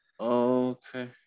Okay